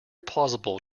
plausible